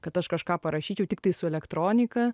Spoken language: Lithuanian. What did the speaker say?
kad aš kažką parašyčiau tiktai su elektronika